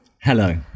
Hello